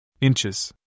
Inches